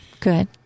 Good